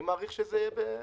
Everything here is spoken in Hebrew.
אני מעריך שזה יהיה